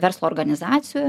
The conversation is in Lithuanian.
verslo organizacijų